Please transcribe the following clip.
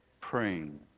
praying